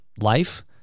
life